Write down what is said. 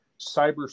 cyber